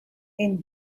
and